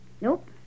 Nope